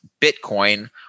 Bitcoin